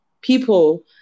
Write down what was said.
people